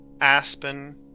Aspen